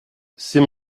c’est